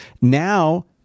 Now